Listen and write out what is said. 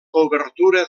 obertura